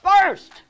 first